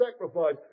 sacrifice